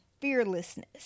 fearlessness